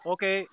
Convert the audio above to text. Okay